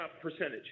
percentage